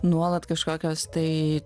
nuolat kažkokios tai